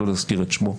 לא נזכיר את שמו.